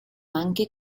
anche